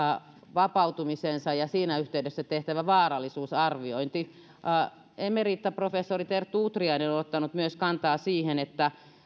vapautumisensa ja siinä yhteydessä tehtävä vaarallisuusarviointi myös emeritaprofessori terttu utriainen on on ottanut kantaa siihen että